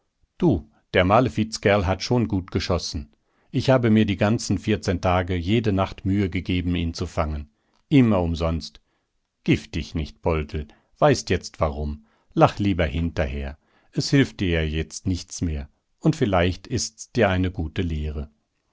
du der malefizkerl hat schon gut geschossen ich habe mir die ganzen vierzehn tage jede nacht mühe gegeben ihn zu fangen immer umsonst gift dicht nicht poldl weißt jetzt warum lach lieber hinterher es hilft dir ja jetzt nichts mehr und vielleicht ist's dir eine gute lehre